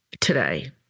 today